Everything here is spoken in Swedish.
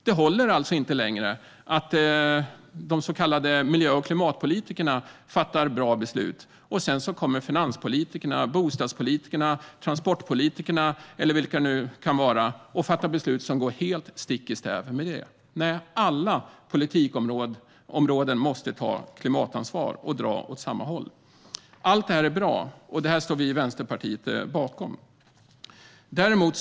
Det går inte längre att göra som förut då miljö och klimatpolitikerna fattade bra beslut och politikerna från exempelvis finans, bostads eller transportområdet sedan kunde fatta beslut som gick helt stick i stäv med detta. Nu måste man i stället inom alla politikområden ta klimatansvar och dra åt samma håll. Allt detta är bra, och vi i Vänsterpartiet står bakom det.